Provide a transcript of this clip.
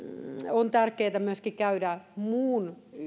on tärkeätä myöskin käydä muun